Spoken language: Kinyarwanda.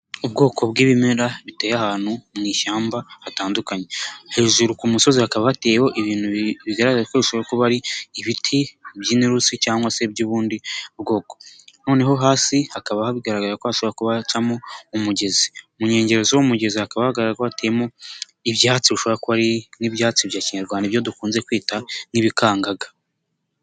Ubwoko bw'ibimera biteye ahantu mu ishyamba hatandukanye. Hejuru ku musozi hakaba hateyeho ibintu bigaragara ko bishoboraho kuba ari ibiti by'interusi cyangwa se by'ubundi bwoko. Noneho hasi hakaba hagaragaye ko hashobora kuba hacamo umugezi. Mu nkengero z'umugezi hakaba hagaragara ko hateyemo ibyatsi ushobora ko ari nk'ibyatsi bya kinyarwanda ibyo dukunze kwita nk'ibikangaga.